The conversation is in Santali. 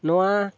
ᱱᱚᱣᱟ